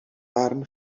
barn